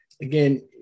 again